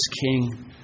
King